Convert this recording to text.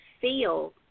feel